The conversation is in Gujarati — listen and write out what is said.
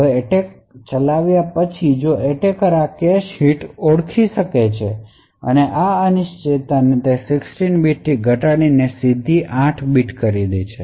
હવે એટેક ચલાવ્યા પછી જો એટેકર આ કેશ હિટની ઓળખ કરે છે અને આ અનિશ્ચિતતા તે 16 બિટ્સથી ઘટાડીને 8 બિટ્સ થાય છે